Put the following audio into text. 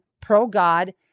pro-god